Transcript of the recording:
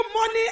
money